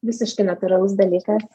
visiškai natūralus dalykas